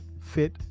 fit